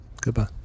Goodbye